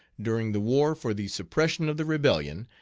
during the war for the suppression of the rebellion,